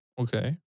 Okay